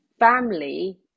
family